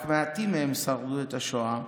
רק מעטים מהם שרדו בשואה,